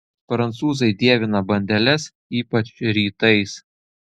prancūzai dievina bandeles ypač rytais